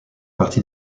partie